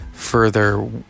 further